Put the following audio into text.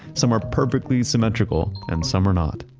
some are perfectly symmetrical and some are not.